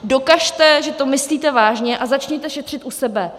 Dokažte, že to myslíte vážně, a začněte šetřit u sebe.